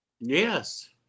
Yes